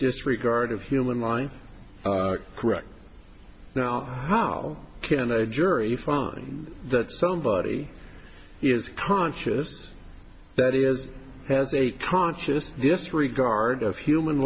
disregard of human life correct now how can a jury find that somebody is conscious that is has a conscious disregard of human